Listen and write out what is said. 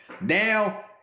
Now